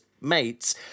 mates